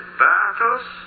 battles